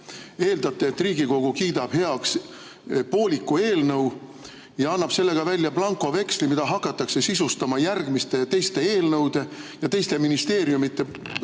Eeldate, et Riigikogu kiidab heaks pooliku eelnõu ja annab sellega välja blankoveksli, mida hakatakse sisustama järgmiste eelnõude ja teiste ministeeriumide